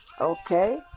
Okay